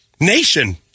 nation